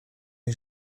les